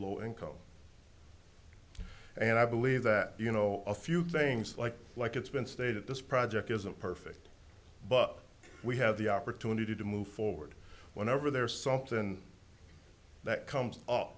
low income and i believe that you know a few things like like it's been stated this project isn't perfect but we have the opportunity to move forward whenever there so often that comes